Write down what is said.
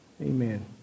Amen